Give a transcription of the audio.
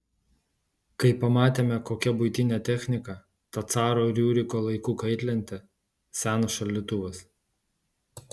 kai pamatėme kokia buitinė technika ta caro riuriko laikų kaitlentė senas šaldytuvas